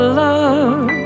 love